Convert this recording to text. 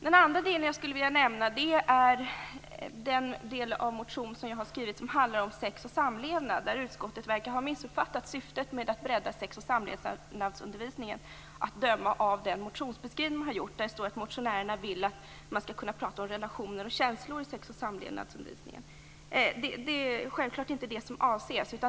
Det andra område som jag skulle vilja nämna är den del av en motion från Miljöpartiet som handlar om sex och samlevnad. Utskottet verkar ha missuppfattat syftet med att bredda sex och samlevnadsundervisningen, att döma av den motionsbeskrivning man har gjort. Det står där att motionärerna vill att man skall kunna prata om relationer och känslor i sexoch samlevnadsundervisningen. Det är självfallet inte det som avses.